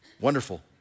Wonderful